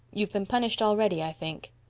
you've been punished already, i think.